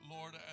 Lord